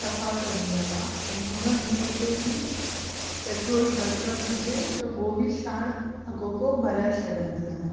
सफ़ा कंदी आहियां ऐं हुन ॾींहं ते ही पेट्रोल घटि वधि हुजे त उहो बि साण अॻो पोइ भराए छॾिंदी आहियां